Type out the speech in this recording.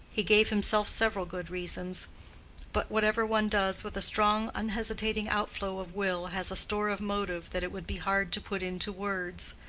he gave himself several good reasons but whatever one does with a strong unhesitating outflow of will has a store of motive that it would be hard to put into words.